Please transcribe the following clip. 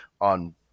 on